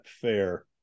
fair